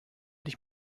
dich